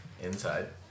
inside